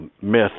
myth